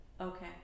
Okay